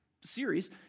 series